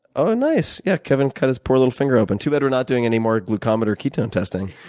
ah nice. yeah kevin cut his poor little finger open. too bad we're not doing anymore glucomen or ketone testing.